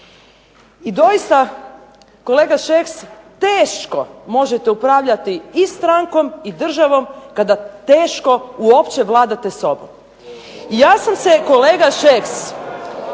I doista, kolega Šeks, teško možete upravljati i strankom i državom kada teško uopće vladate sobom. … /Buka u